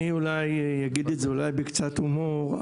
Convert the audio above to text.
אני אולי אגיד את זה אולי בקצת הומור,